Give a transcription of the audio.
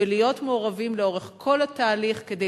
ולהיות מעורבים לאורך כל התהליך כדי